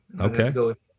okay